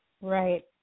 Right